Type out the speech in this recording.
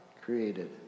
created